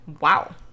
Wow